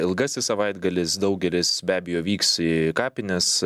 ilgasis savaitgalis daugelis be abejo vyks į kapines